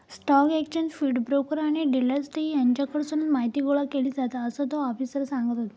stock exchange feed, broker आणि dealer desk हेच्याकडसून माहीती गोळा केली जाता, असा तो आफिसर सांगत होतो